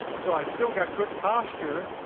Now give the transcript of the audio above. so i still got good posture,